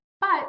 But-